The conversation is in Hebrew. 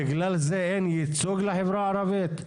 בגלל זה אין ייצוג לחברה הערבית?